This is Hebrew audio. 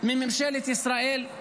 מממשלת ישראל?